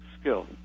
skill